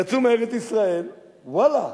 יצאו מארץ-ישראל, ואללה,